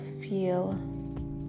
feel